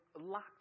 locked